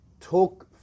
talk